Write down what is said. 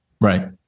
Right